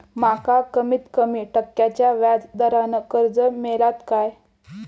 माका कमीत कमी टक्क्याच्या व्याज दरान कर्ज मेलात काय?